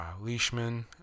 Leishman